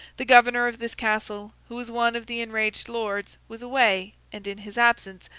the governor of this castle, who was one of the enraged lords, was away, and in his absence,